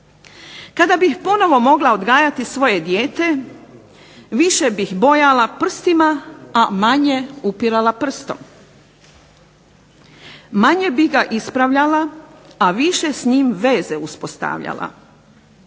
"Kada bih ponovno mogla odgajati svoje dijete više bih bojala prstima a manje upirala prstom. Manje bih ga ispravljala, a više s njim veze uspostavljala.